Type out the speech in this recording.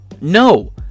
No